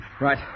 Right